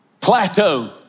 plateau